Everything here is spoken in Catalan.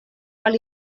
cal